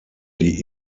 die